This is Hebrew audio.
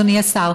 אדוני השר,